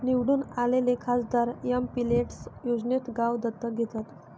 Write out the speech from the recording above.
निवडून आलेले खासदार एमपिलेड्स योजनेत गाव दत्तक घेतात